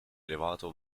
elevato